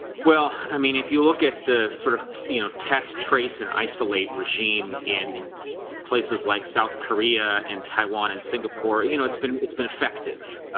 well, i mean if you look at the sort of you know, test trace and isolate regime in places like south korea and taiwan and singapore, you know, it's been it's been effective